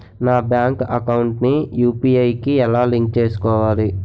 నా bank account ని UPI కి ఎలా లింక్ చేసుకోవాలి?